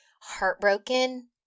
heartbroken